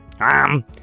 Um